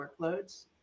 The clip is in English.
workloads